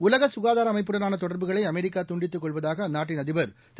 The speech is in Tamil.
உலக சுகாதார அமைப்புடனான தொடர்புகளை அமெரிக்கா துண்டித்துக் கொள்வதாக அந்நாட்டின் அதிபர் திரு